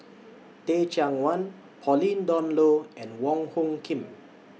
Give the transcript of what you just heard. Teh Cheang Wan Pauline Dawn Loh and Wong Hung Khim